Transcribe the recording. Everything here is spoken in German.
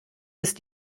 ist